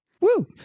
Woo